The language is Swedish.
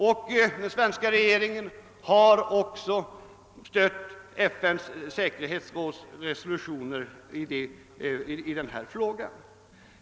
Den svenska regeringen har också stött resolutionerna från FN:s säkerhetsråd i denna fråga.